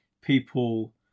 people